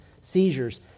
seizures